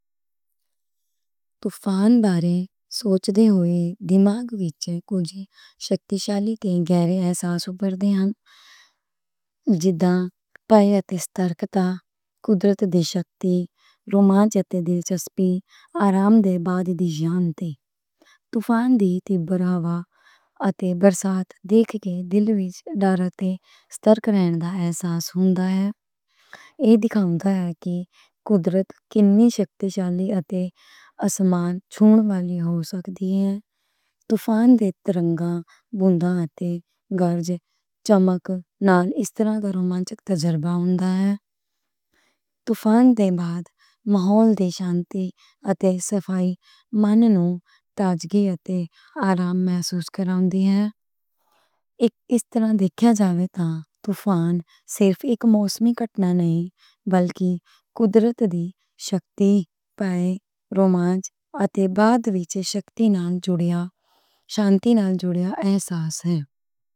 طوفان بارے سوچ دے ہوئے دماغ وچ کچھ طاقتور تے گہرے احساس ودھدے ہن۔ جیہڑا پائیداری تے استحکام، قدرت دی طاقت، رومانچ تے دلچسپی، آرام دے بعد دی شانتی۔ طوفان دی برابری تے بارش ویکھ کے دل وچ ڈر تے استحکام رہن دا احساس ہوندا ہے۔ ایہ دکھاؤندا ہے کہ قدرت کنی طاقتور تے آسمان چھون والی ہو سکدی ہے۔ طوفان دے ترنگ والیاں تے گرج چمک نال اس طرح دا رومانچک تجربہ ہوندا ہے۔ طوفان دے بعد ماحول دی شانتی تے صفائی منوں تازگی تے آرام محسوس کراندی ہے۔ طوفان صرف اک موسمی کٹنا نہیں بلکہ قدرت دی طاقت، پئے، رومانچ تے بعد وچے طاقت نال جڑیا، شانتی نال جڑیا احساس ہے۔